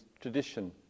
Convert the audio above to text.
tradition